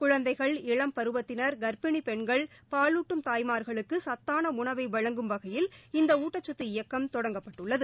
குழந்தைகள் இளம் பருவத்தினா் கா்ப்பிணி பெண்கள் பாலூட்டும் தாய்மாா்களுக்கு சத்தான உணவை வழங்கும் வகையில் இந்த ஊட்டச்சத்து இயக்கம் தொடங்கப்பட்டுள்ளது